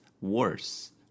worse